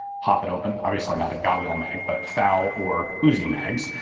pop it open. obviously not a galil mag, but fal or uzi mags.